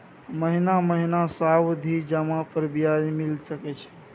महीना महीना सावधि जमा पर ब्याज मिल सके छै?